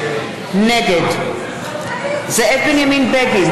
נגד זאב בנימין בגין,